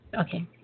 Okay